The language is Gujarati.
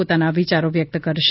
પોતાના વિયારો વ્યક્ત કરશે